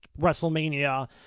wrestlemania